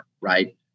Right